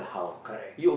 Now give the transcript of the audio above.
correct